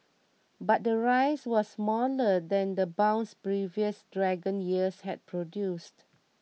but the rise was smaller than the bounce previous Dragon years had produced